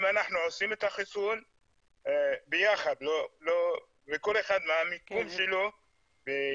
אם אנחנו עושים את החיסון ביחד וכל אחד מהמיקום שלו והאמצעים,